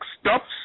stops